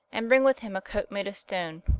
and bring with him a coat made of stone,